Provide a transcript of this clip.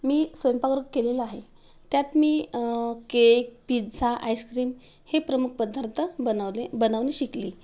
मी स्वयंपाक वर्ग केलेला आहे त्यात मी केक पिझ्झा आईस्क्रीम हे प्रमुख पदार्थ बनवले बनवून शिकली